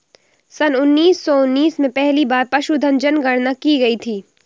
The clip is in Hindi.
सन उन्नीस सौ उन्नीस में पहली बार पशुधन जनगणना की गई थी